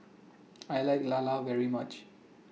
I like Lala very much